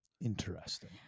interesting